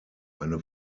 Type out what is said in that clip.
eine